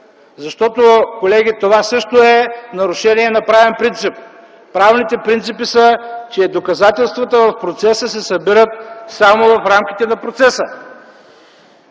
защото, колеги, това също е нарушение на правен принцип. Правните принципи са, че доказателствата в процеса се събират само в рамките на процеса.